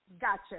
Gotcha